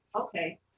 okay